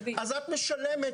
אז את משלמת,